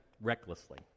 recklessly